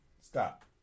stop